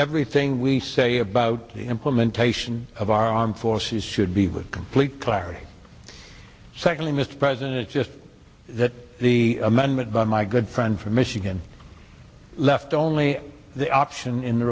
everything we say about the implementation of our armed forces should be with complete clarity secondly mr president it's just that the amendment by my good friend from michigan left only the option